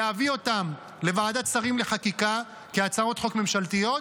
לוועדת שרים לחקיקה כהצעות חוק ממשלתיות.